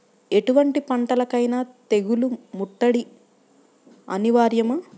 ఎటువంటి పంటలకైన తెగులు ముట్టడి అనివార్యమా?